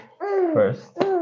first